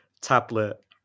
tablet